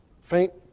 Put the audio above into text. Faint